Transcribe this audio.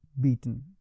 Beaten